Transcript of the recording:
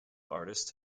artist